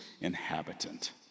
inhabitant